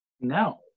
No